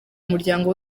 muryango